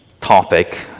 topic